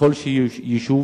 בכל יישוב